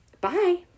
bye